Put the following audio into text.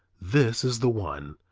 this is the one,